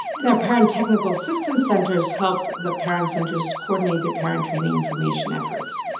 and the parent technical system centers help the parent centers coordinate the parent training information efforts.